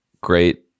great